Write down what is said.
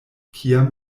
kiam